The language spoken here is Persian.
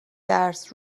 درس